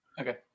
okay